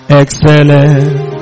excellent